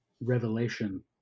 revelation